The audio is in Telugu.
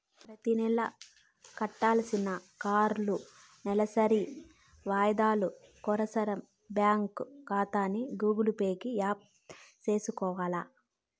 ప్రతినెలా కట్టాల్సిన కార్లోనూ, నెలవారీ వాయిదాలు కోసరం బ్యాంకు కాతాని గూగుల్ పే కి యాప్ సేసుకొవాల